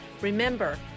Remember